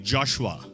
Joshua